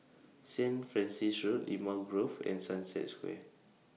Saint Francis Road Limau Grove and Sunset Square